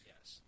Yes